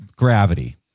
Gravity